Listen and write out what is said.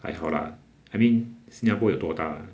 还好 lah I mean 新加坡有多大